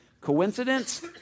Coincidence